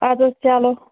ادٕ حظ چلو